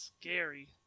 scary